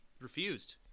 refused